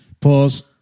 Pause